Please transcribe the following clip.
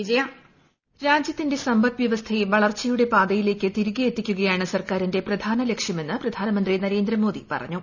വിജയ രാജ്യത്തിന്റെ സമ്പദ്വൃഷ്ണ്ഡയെ വളർച്ചയുടെ പാതയിലേയ്ക്ക് തിരികെ എത്തിക്കുകയാണ് സർക്കാരിന്റെ പ്രധാന ലക്ഷ്യമെന്ന് പ്രധാനമന്ത്രി നരേന്ദ്രമോദി പറഞ്ഞു